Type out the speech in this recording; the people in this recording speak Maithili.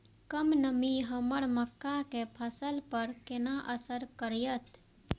कम नमी हमर मक्का के फसल पर केना असर करतय?